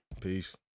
Peace